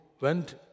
went